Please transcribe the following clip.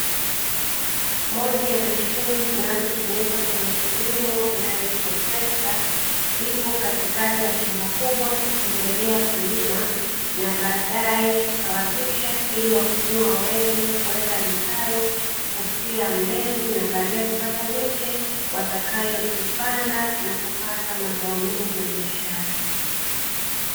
Moja ya mashine zinazotumika kwenye kilimo inayoitwa trekta, ipo katikati ya shamba kubwa likiendealea kulima, na baadae kusawazisha ili wakulima waweze kuweka vitalu, kusia mbegu na baadae kupata miche watakayoipanda na kupata mazao mengi ya biashara.